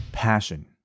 passion